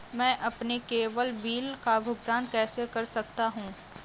मैं अपने केवल बिल का भुगतान कैसे कर सकता हूँ?